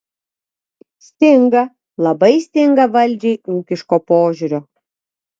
stinga labai stinga valdžiai ūkiško požiūrio